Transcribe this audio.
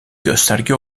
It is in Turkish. gösterge